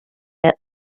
yet